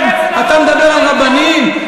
אתה מדבר על רבנים,